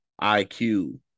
IQ